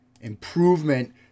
improvement